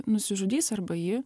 nusižudys arba ji